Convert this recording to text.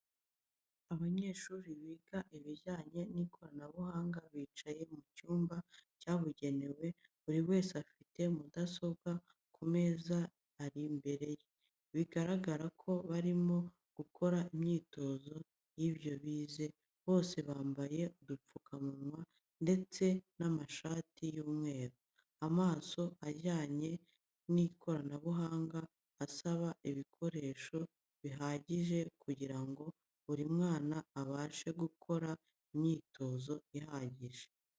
Abanyeshuri biga ibijyanye n'ikoranabuhanga bicaye mu cyumba cyabugenewe, buri wese afite mudasobwa ku meza ari imbere ye, bigaragara ko barimo gukora imyitozo y'ibyo bize, bose bambaye udupfukamunwa ndetse n'amashati y'umweru. Amasomo ajyanye n'ikoranabuhanga asaba ibikoreso bihagije kugira ngo buri mwana abashe gukora imyitozo ihagije.